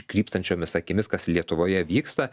krypstančiomis akimis kas lietuvoje vyksta